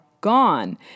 gone